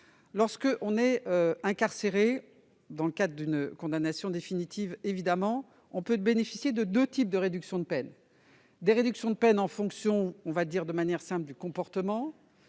personne est incarcérée dans le cadre d'une condamnation définitive, elle peut bénéficier de deux types de réductions de peine : d'une part, de réductions de peine en fonction, pour le dire de manière simple, du comportement